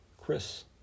Chris